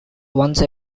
once